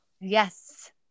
yes